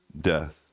death